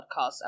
podcast